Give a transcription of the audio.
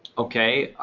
okay,